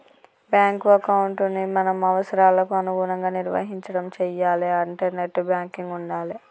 bank ఎకౌంటుని మన అవసరాలకి అనుగుణంగా నిర్వహించడం చెయ్యాలే అంటే నెట్ బ్యాంకింగ్ ఉండాలే